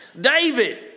David